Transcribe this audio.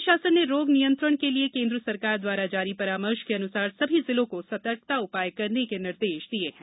राज्य शासन ने रोग नियंत्रण के लिए केन्द्र सरकार द्वारा जारी परामर्श के अनुसार सभी जिलों को सर्तकता उपाय करने के निर्देश दिये हैं